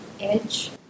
edge